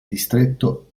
distretto